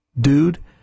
dude